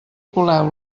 coleu